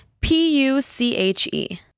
P-U-C-H-E